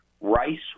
Rice